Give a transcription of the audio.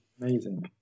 amazing